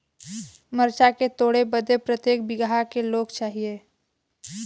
मरचा के तोड़ बदे प्रत्येक बिगहा क लोग चाहिए?